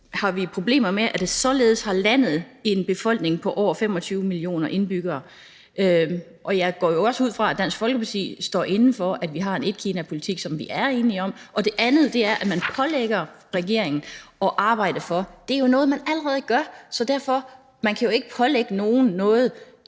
har vi problemer med ordene: »Således har landet med en befolkning på lidt over 25 mio. indbyggere ...«. Jeg går jo også ud fra, at Dansk Folkeparti står inde for, at vi har en etkinapolitik, som vi er enige om. Det andet er, at »regeringen pålægges« at arbejde for det, men det er jo noget, man allerede gør. Man kan jo ikke pålægge nogen noget,